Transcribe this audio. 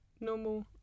normal